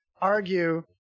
argue